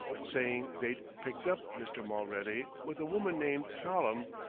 saying they'd picked up mr. mulready with a woman named hallam,